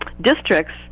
districts